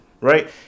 Right